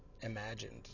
imagined